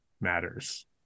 matters